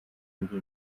biri